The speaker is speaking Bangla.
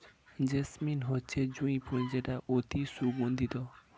জেসমিন হচ্ছে জুঁই ফুল যেটা অতি সুগন্ধিত